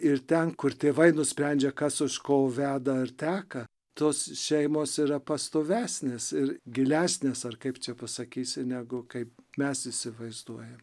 ir ten kur tėvai nusprendžia kas už ko veda ar teka tos šeimos yra pastovesnės ir gilesnės ar kaip čia pasakysi negu kaip mes įsivaizduojam